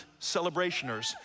celebrationers